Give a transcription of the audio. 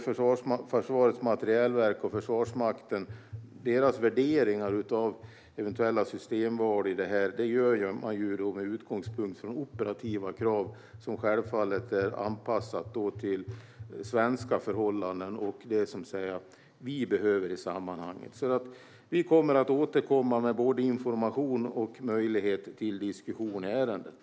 Försvarets materielverk och Försvarsmakten gör sina värderingar av eventuella systemval med utgångspunkt från operativa krav som självfallet är anpassade till svenska förhållanden och det som man behöver i det sammanhanget. Vi kommer alltså att återkomma med både information och möjlighet till diskussion i ärendet.